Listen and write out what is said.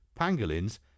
pangolins